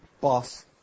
boss